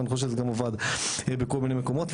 ואני חושב שזה גם עובד בכל מיני מקומות.